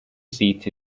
seat